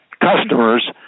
customers